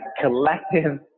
collective